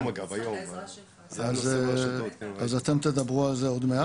אז אתם תדברו על זה עוד מעט.